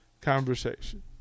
conversation